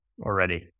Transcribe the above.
already